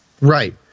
Right